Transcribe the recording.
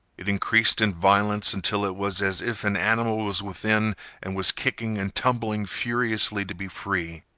it increased in violence until it was as if an animal was within and was kicking and tumbling furiously to be free.